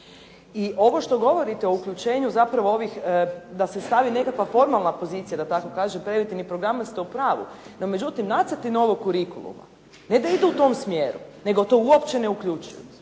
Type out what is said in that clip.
i ovo što govorite o uključenju zapravo ovih da se stavi nekakva formalna pozicija, da tako kažem, preventivnih programa ste u pravu. No međutim, nacrti novog curriculuma ne da idu u tom smjeru nego to uopće ne uključuju.